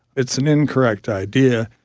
it's an incorrect idea.